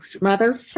Mother